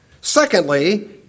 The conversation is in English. Secondly